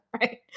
right